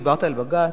דיברת על בג"ץ